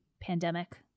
pandemic